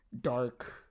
dark